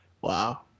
Wow